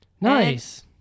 Nice